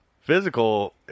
Physical